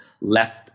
left